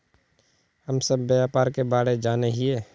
हम सब व्यापार के बारे जाने हिये?